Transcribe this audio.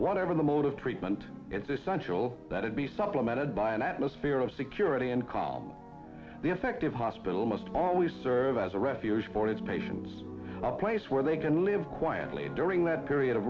whatever the motive treatment it's essential that it be supplemented by an atmosphere of security and call the effective hospital must always serve as a refuge for its patients place where they can live quietly during that period of